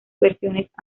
versiones